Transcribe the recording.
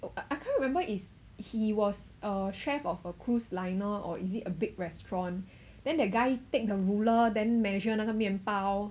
I can't remember is he was a chef of a cruise liner or is it a big restaurant then that guy take the ruler then measure 那个面包